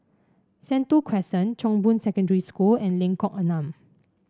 Sentul Crescent Chong Boon Secondary School and Lengkok Enam